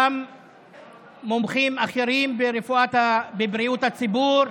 גם מומחים אחרים בבריאות הציבור,